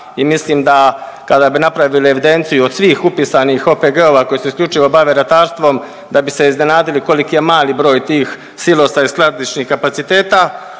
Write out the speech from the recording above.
i mislim da kada bi napravili evidenciju od svih upisanih OPG-ova koji se isključivo bave ratarstvom, da bi se iznenadili koliki je mali broj tih silosa i skladišnih kapaciteta,